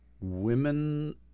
women